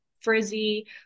frizzy